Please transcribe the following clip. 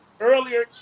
Earlier